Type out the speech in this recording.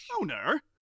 Owner